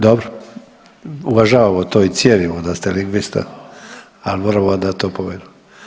Dobro, uvažavamo to i cijenimo da ste lingvista, ali moramo vam dati opomenu.